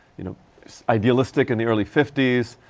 you know, s idealistic in the early fifty s.